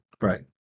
Right